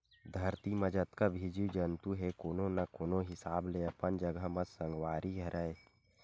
धरती म जतका भी जीव जंतु हे कोनो न कोनो हिसाब ले अपन जघा म संगवारी हरय